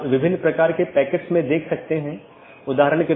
यह एक शब्दावली है या AS पाथ सूची की एक अवधारणा है